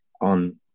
on